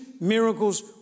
miracles